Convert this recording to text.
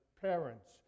parents